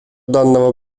данного